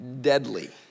deadly